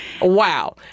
Wow